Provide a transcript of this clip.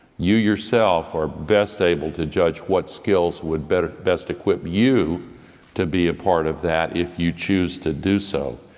you yourself are best able to judge what skills would best equip you to be a part of that if you choose to do so,